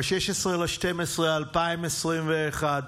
ב-16 בדצמבר 2021,